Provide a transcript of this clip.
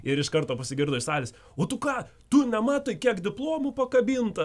ir iš karto pasigirdo iš salės o tu ką tu nematai kiek diplomų pakabinta